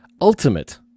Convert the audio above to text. Ultimate